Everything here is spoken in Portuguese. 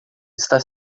está